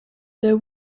there